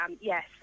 yes